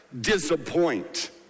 disappoint